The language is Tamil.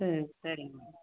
சரி சரிங்க மேம்